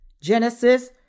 Genesis